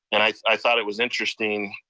and i i thought it was interesting.